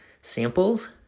samples